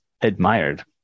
admired